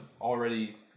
already